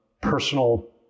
personal